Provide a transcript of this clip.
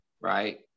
right